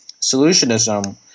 solutionism